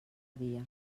dia